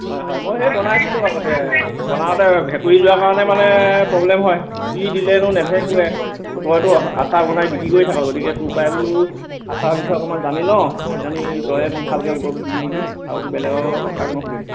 হয় হয় মই বনাইছিলোঁ হেই আগতে বনাওঁতে ভেঁকুৰি যোৱা কাৰণে প্ৰব্লেম হয় কি দিলেনো নেভেঁকুৰে তইতো আচাৰ বনাই বিক্ৰী কৰি থাক' গতিকে তোৰ পৰাই বোলো আচাৰৰ বিষয়ে অকণমান জানি লওঁ কিজানি তয়েই মোক ভালকৈ উত্তৰটো দিবি নেকি আৰুতো বেলেগৰ কাকনো সুধিম